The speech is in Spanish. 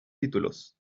títulos